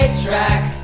A-track